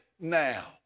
now